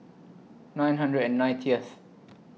nine hundred and ninetieth